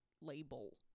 label